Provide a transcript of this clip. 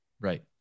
Right